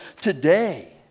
Today